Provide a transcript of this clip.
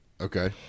Okay